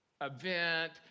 event